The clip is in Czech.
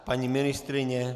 Paní ministryně?